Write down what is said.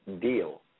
deal